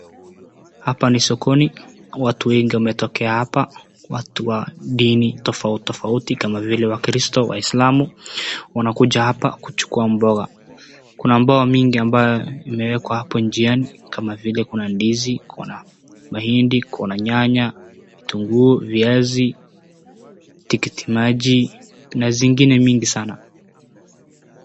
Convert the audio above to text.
Hapa ni sokoni watu wengi wametokea hapa watu wa dini tofauti tofauti kama vile wakristo waislamu wanakuja hapa kuchukua mboga. Kuna mboga mingi ambayo imeekwa hapo njiani kama vile kuna ndizi, kuna mahindi, kuna nyanya, kitunguu, viazi, tikiti maji na zingine mingi sana